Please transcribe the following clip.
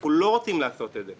אנחנו לא רוצים לעשות את זה.